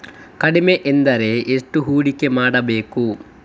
ಕಡಿಮೆ ಎಂದರೆ ಎಷ್ಟು ಹೂಡಿಕೆ ಮಾಡಬೇಕು?